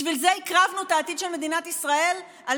בשביל זה הקרבנו את העתיד של מדינת ישראל על